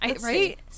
Right